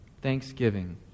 Thanksgiving